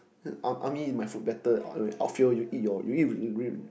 then army in my food battle outfield you eat your you eat